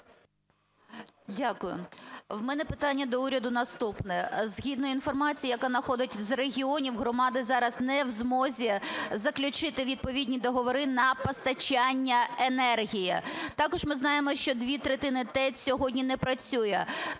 Дякую. У мене питання до уряду наступне. Згідно інформації, яка надходить з регіонів, громади зараз не в змозі заключити відповідні договори на постачання енергії. Також ми знаємо, що дві третини ТЕЦ сьогодні не працюють.